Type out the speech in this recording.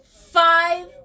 five